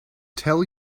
tell